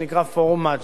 פורום ציבורי,